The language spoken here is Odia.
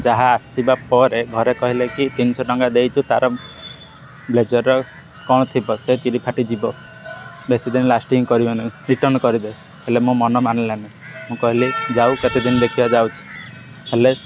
ଯାହା ଆସିବା ପରେ ଘରେ କହିଲେ କି ତିନିଶହ ଟଙ୍କା ଦେଇଛୁ ତା'ର ବ୍ଲେଜର୍ର କ'ଣ ଥିବ ସେ ଚିରି ଫାଟିଯିବ ବେଶୀ ଦିନ ଲାଷ୍ଟିଂ କରିବନି ରିଟର୍ଣ୍ଣ କରିଦେ ହେଲେ ମୋ ମନ ମାନିଲାନି ମୁଁ କହିଲି ଯାଉ କେତେ ଦିନ ଦେଖିବା ଯାଉଛି ହେଲେ